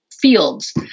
fields